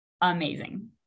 amazing